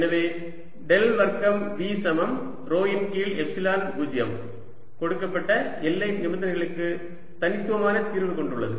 எனவே டெல் வர்க்கம் V சமம் ρ இன் கீழ் எப்சிலன் 0 கொடுக்கப்பட்ட எல்லை நிபந்தனைகளுக்கு தனித்துவமான தீர்வைக் கொண்டுள்ளது